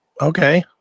Okay